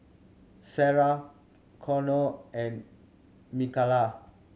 Sara Connor and Mikala